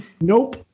Nope